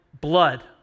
Blood